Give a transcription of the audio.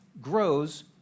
grows